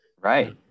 right